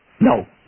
No